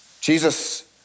Jesus